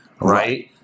Right